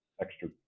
extra